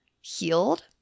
healed